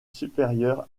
supérieur